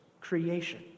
creation